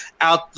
out